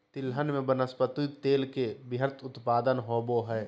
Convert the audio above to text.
तिलहन में वनस्पति तेल के वृहत उत्पादन होबो हइ